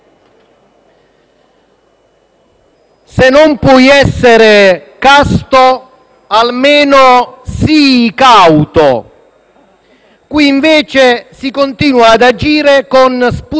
Se non puoi essere casto, almeno sii cauto: qui invece si continua ad agire con spudoratezza.